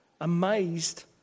amazed